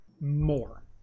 more